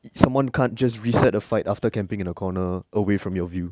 someone can't just reset the fight after camping in a corner away from your view